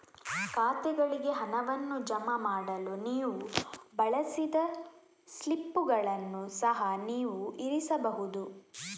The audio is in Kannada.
ಖಾತೆಗಳಿಗೆ ಹಣವನ್ನು ಜಮಾ ಮಾಡಲು ನೀವು ಬಳಸಿದ ಸ್ಲಿಪ್ಪುಗಳನ್ನು ಸಹ ನೀವು ಇರಿಸಬಹುದು